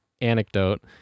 anecdote